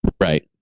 right